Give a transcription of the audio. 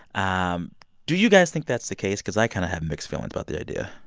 um do you guys think that's the case? because i kind of have mixed feelings about the idea